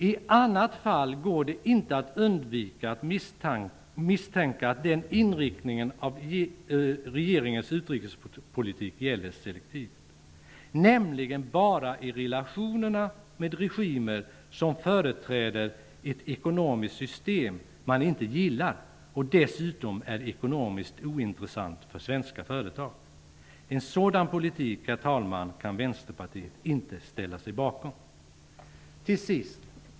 I annat fall går det inte att undvika misstanken att den inriktningen av regeringens utrikespolitik gäller selektivt, nämligen bara i relationerna med regimer som företräder ett ekonomiskt system som man inte gillar och som dessutom är ekonomiskt ointressant för svenska företag. En sådan politik, herr talman, kan Vänsterpartiet inte ställa sig bakom.